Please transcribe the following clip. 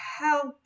help